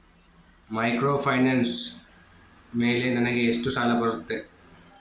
Microfinance ಮೇಲೆ ನನಗೆ ಎಷ್ಟು ಸಾಲ ಬರುತ್ತೆ?